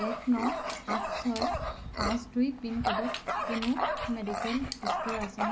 এক ন আঠ ছয় পাঁচ দুই পিন ক'ডত কোনো মেডিকেল ষ্ট'ৰ আছেনে